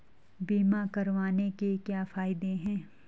बीमा करवाने के क्या फायदे हैं?